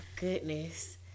goodness